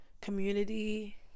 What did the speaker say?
community